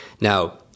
Now